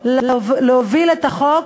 להוביל את החוק